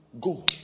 go